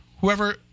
whoever